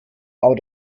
aber